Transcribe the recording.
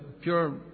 pure